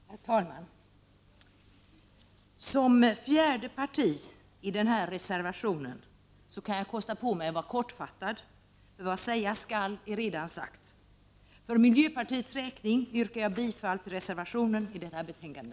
Herr talman! Som fjärde parti i den här reservationen kan jag kosta på mig att vara kortfattad. Vad sägas skall är redan sagt. För miljöpartiets räkning yrkar jag bifall till reservationen i detta betänkande.